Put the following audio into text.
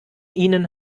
ihnen